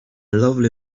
lovely